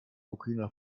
burkina